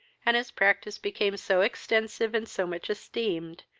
and his practice became so extensive, and so much esteemed,